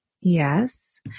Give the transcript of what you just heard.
Yes